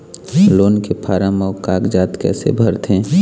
Loan के form अऊ कागजात कइसे भरथें?